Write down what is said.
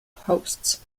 posts